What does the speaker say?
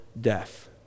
death